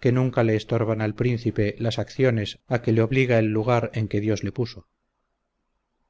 que nunca le estorban al príncipe las acciones a que le obliga el lugar en que dios le puso